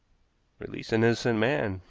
release an innocent man.